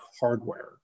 hardware